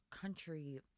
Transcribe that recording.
country